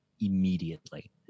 immediately